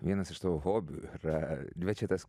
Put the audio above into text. vienas iš tavo hobių yra dve čia tas